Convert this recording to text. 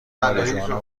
ماریجوانا